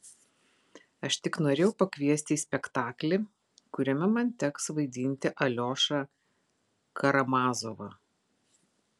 aš tik norėjau pakviesti į spektaklį kuriame man teks vaidinti aliošą karamazovą